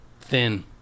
thin